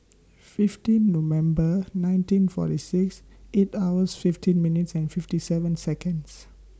fifteen November nineteen forty six eight hours fifteen minutes and fifty seven Seconds